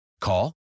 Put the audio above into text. Call